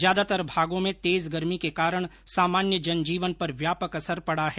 ज्यादातर भागों में तेज गर्मी के कारण सामान्य जनजीवन पर व्यापक असर पड़ा है